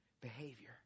behavior